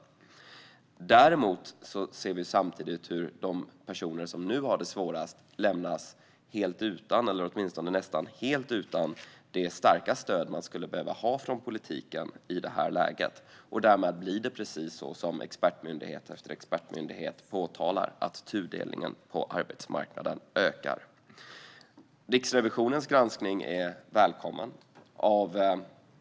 Men vi ser samtidigt hur de personer som nu har det svårast lämnas helt utan - eller åtminstone nästan helt utan - det starka stöd som de skulle behöva ha från politiken i detta läge. Därmed blir det precis så som flera expertmyndigheter har påtalat: Tudelningen på arbetsmarknaden ökar. Riksrevisionens granskning är välkommen.